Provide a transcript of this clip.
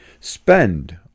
Spend